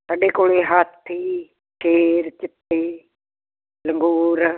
ਸਾਡੇ ਕੋਲੇ ਹਾਥੀ ਸ਼ੇਰ ਚੀਤੇ ਲੰਗੂਰ